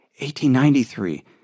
1893